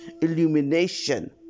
illumination